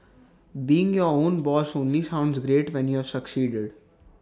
being your own boss only sounds great when you've succeeded